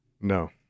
No